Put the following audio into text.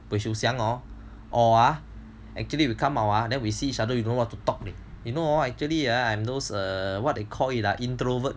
buay xiu xiang hor or ah actually come out then we see each other you don't know what to talk leh know actually uh I'm those err what they call it introvert